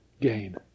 gain